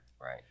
Right